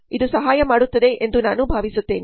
ಇದು ಸಹಾಯ ಮಾಡುತ್ತದೆ ಎಂದು ನಾನು ಭಾವಿಸುತ್ತೇನೆ